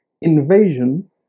invasion